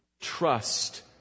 trust